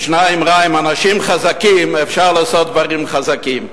יש אמרה: עם אנשים חזקים אפשר לעשות דברים חזקים.